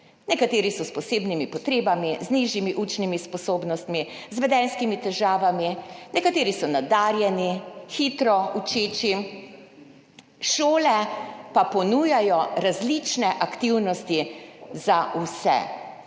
nekateri so s posebnimi potrebami, z nižjimi učnimi sposobnostmi, z vedenjskimi težavami, nekateri so nadarjeni, hitro učeči. Šole pa ponujajo različne aktivnosti za vse.